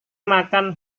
makan